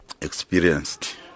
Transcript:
experienced